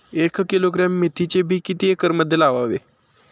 एक किलोग्रॅम मेथीचे बी किती एकरमध्ये लावावे?